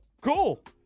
cool